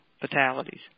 fatalities